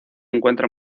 encuentra